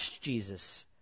Jesus